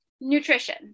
nutrition